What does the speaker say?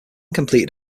completed